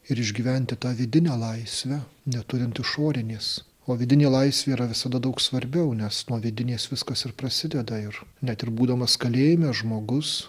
ir išgyventi tą vidinę laisvę neturint išorinės o vidinė laisvė yra visada daug svarbiau nes nuo vidinės viskas ir prasideda ir net ir būdamas kalėjime žmogus